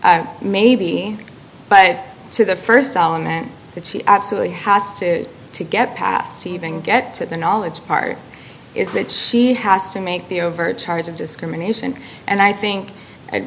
element maybe but to the first element that she absolutely has to get past to even get to the knowledge part is that she has to make the overt charge of discrimination and i think